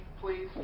please